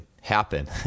happen